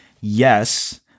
yes